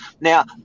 Now